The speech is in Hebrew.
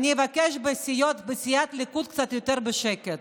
אני אבקש להיות קצת יותר בשקט